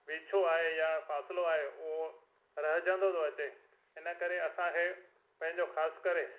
विछोह आहे या फ़ासलो आहे उहो रहिजंदो थो अचे इन करे असां ही पंहिंजो ख़ासि करे